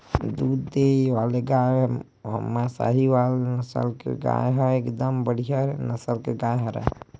दूद देय वाले गाय म सहीवाल नसल के गाय ह एकदम बड़िहा नसल के गाय हरय